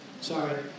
Sorry